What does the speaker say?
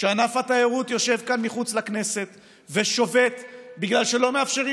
שענף התיירות יושב כאן מחוץ לכנסת ושובת בגלל שלא מאפשרים